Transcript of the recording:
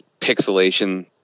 pixelation